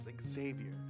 Xavier